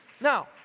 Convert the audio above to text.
Now